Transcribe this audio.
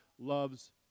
loves